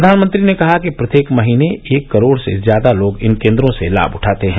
प्रघानमंत्री ने कहा कि प्रत्येक महीने एक करोड़ से ज्यादा लोग इन केन्द्रों से लाभ उठाते हैं